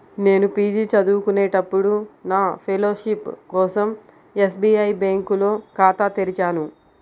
నేను పీజీ చదువుకునేటప్పుడు నా ఫెలోషిప్ కోసం ఎస్బీఐ బ్యేంకులో ఖాతా తెరిచాను